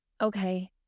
Okay